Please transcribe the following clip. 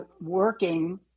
working